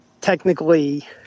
technically